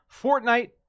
fortnite